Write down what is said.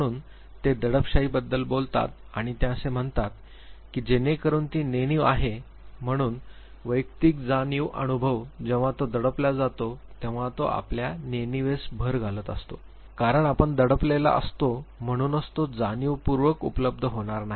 म्हणून ते दडपशाहीबद्दल बोलतात आणि ते असे म्हणतात की जेनेकरून ती नेणीव आहे म्हणून वैयक्तिक जाणीव अनुभव जेव्हा तो दडपला जातो तेव्हा तो आपल्या नेनिवेस भर घालत असतो कारण आपण दडपलेला असतो म्हणूनच तो जाणीवपूर्वक उपलब्ध होणार नाही